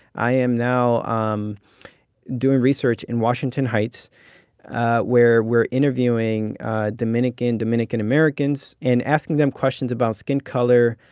i am now um doing research in washington heights where we're interviewing dominican dominican-americans and asking them questions about skin color,